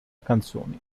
canzoni